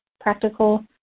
practical